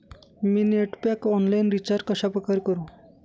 मी net pack online recharge कशाप्रकारे करु?